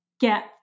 get